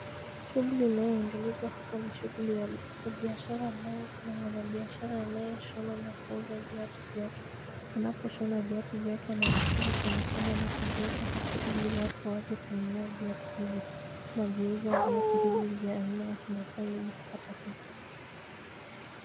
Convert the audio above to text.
Shughuli inayoendelezwa hapa ni shughuli ya biashara ambayo kuna mwanabiashara anayeshona na kuuza viatu vyake. Anaposhona viatu vyake anavifunga kwenye kamba na kuviweka hapo ili watu waje kununua viatu hivi. Anaviuza viatu hivi vya aina ya kimasai ili kupata pesa.